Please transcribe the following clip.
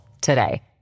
today